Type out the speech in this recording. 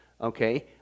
okay